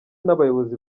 n’abayobozi